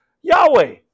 Yahweh